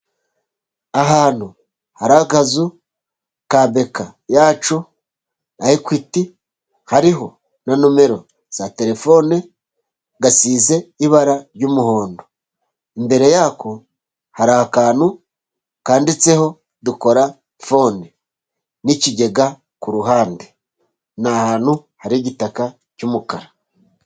Ahantu hari akazu ka beka yacu na ekwiiti, hariho na nomero za terefone. Gasize ibara ry'umuhondo imbere yako hari akantu kandiditseho dukora fone, n'ikigega kuruhande ni hantu hari igitaka cy'umukara.